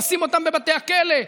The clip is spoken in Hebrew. לשים אותם בבתי הכלא,